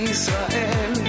Israel